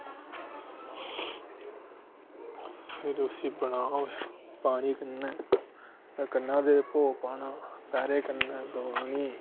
फिर उसी बनाओ पानी कन्नै कन्नै ओह्दे च पौह् पाना पैरें कन्नै दबानी